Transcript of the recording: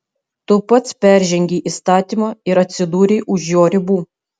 tu pats peržengei įstatymą ir atsidūrei už jo ribų